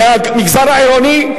זה המגזר העירוני,